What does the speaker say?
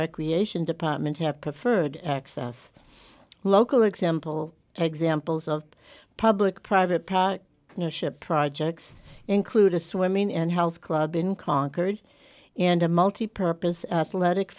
recreation department have preferred access local example examples of public private park ship projects include a swimming and health club in concord and a multi purpose athletic